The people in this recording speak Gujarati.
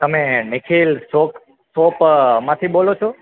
તમે નિખિલ શોપ શોપમાંથી બોલો